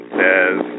says